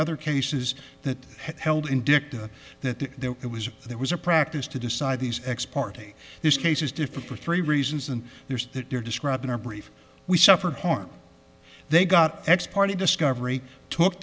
other cases that have held in dicta that it was there was a practice to decide these ex parte this case is different for three reasons and there's that you're describing our brief we suffered harm they got x party discovery took